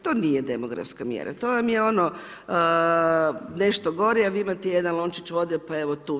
To nije demografska mjera, to vam je ono, nešto gore, a vi imate jedan lončić vode, pa evo tu.